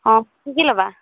অঁ কি কি ল'বা